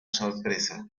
sorpresa